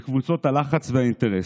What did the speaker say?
לקבוצות הלחץ והאינטרס.